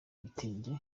bitenge